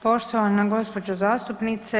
Poštovana gospođo zastupnice.